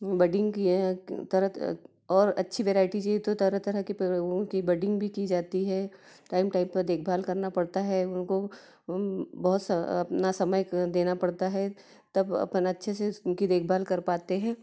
budding किए हैं क तरह और अच्छी वराइटि चाहिए तो तरह तरह के पेड़ों की बडिंग भी की जाती है टाइम टाइम पर देखभाल करना पड़ता है उनको बहुत स अपना समय क देना पड़ता है तब अपन अच्छे से उस उनकी देखभाल कर पाते हैं